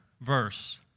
verse